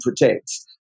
protects